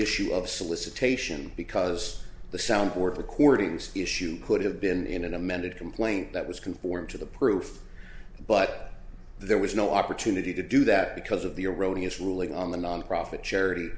issue of solicitation because the soundboard recordings issue could have been in an amended complaint that was conform to the proof but there was no opportunity to do that because of the erroneous ruling on the nonprofit charity